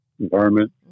environment